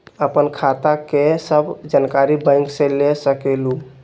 आपन खाता के सब जानकारी बैंक से ले सकेलु?